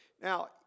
Now